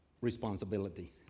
responsibility